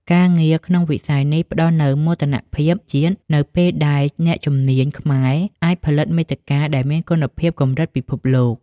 ការងារក្នុងវិស័យនេះផ្តល់នូវមោទនភាពជាតិ នៅពេលដែលអ្នកជំនាញខ្មែរអាចផលិតមាតិកាដែលមានគុណភាពកម្រិតពិភពលោក។